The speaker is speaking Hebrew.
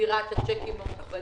ספירת הצ'קים המוחרגים.